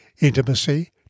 intimacy